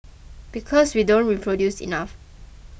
because we don't reproduce enough